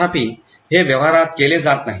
तथापि हे व्यवहारात केले जात नाही